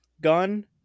Gun